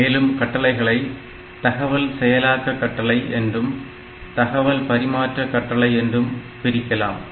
மேலும் கட்டளைகளை தகவல் செயலாக்க கட்டளை என்றும் தகவல் பரிமாற்ற கட்டளை என்றும் பிரிக்கலாம்